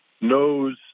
knows